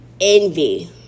envy